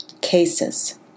cases